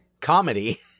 Comedy